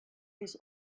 his